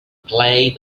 play